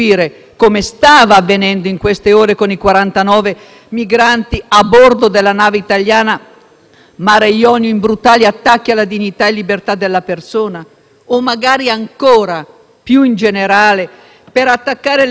Mare Jonio, in brutali attacchi alla dignità e libertà della persona? O, magari, ancora più in generale, per attaccare le libertà e le norme costituzionalmente garantite, che è, secondo me, il tema di merito su cui discutere?